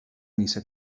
missa